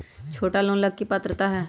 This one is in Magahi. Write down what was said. छोटा लोन ला की पात्रता है?